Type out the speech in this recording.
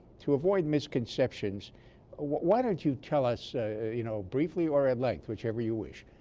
to avoid misconceptions why don't you tell us you know briefly or at length whichever you wish ah.